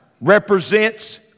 represents